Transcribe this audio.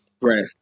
right